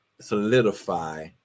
solidify